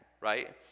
right